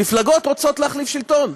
מפלגות רוצות להחליף שלטון.